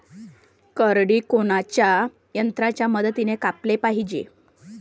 करडी कोनच्या यंत्राच्या मदतीनं कापाले पायजे?